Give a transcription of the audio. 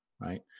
right